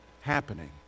happening